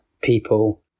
people